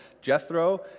Jethro